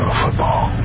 football